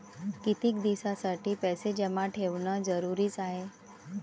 कितीक दिसासाठी पैसे जमा ठेवणं जरुरीच हाय?